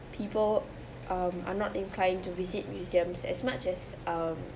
people um are not inclined to visit museums as much as um